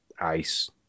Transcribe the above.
ice